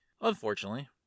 Unfortunately